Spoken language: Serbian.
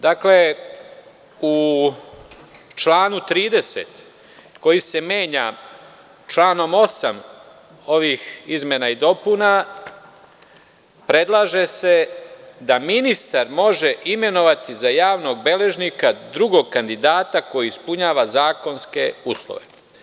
Dakle, u članu 30, koji se menja članom 8. ovih izmena i dopuna, predlaže se da ministar može imenovati za javnog beležnika drugog kandidata koji ispunjava zakonske uslove.